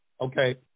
Okay